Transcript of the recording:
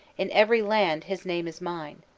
in every land his name is mine.